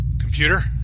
Computer